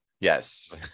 Yes